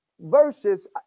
versus